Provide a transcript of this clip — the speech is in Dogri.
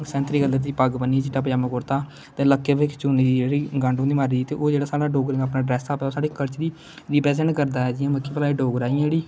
सतंरी कलर दी पग्ग बन्नियै चिट्टा पजामां कुर्ता ते लक्कै उपर चुन्नी जेहड़ी गंढ मारी दी ते ओह जेहड़ा साढ़ा डुगगर दा अपना ड्रेस अप एह् साढ़े कल्चर गी रीप्रीजैंट करदा जियां मतलब कि डोगरा ऐ जेहड़ी